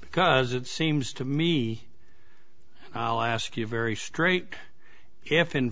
because it seems to me i'll ask you very straight if in